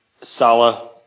Salah